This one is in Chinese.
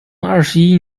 二十一